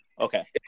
Okay